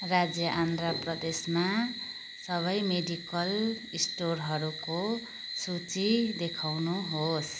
राज्य आन्ध्र प्रदेशमा सबै मेडिकल स्टोरहरूको सूची देखाउनुहोस्